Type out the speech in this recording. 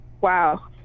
Wow